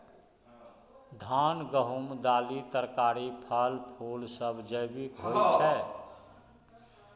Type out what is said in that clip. धान, गहूम, दालि, तरकारी, फल, फुल सब जैविक होई छै